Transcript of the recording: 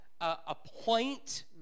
appoint